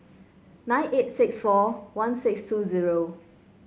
nine eight six four one six two zero